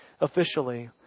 officially